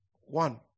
One